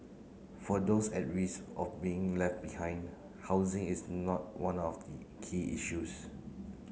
for those at risk of being left behind housing is not one of the key issues